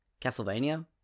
Castlevania